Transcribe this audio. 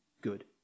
good